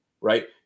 right